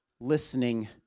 Listening